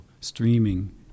streaming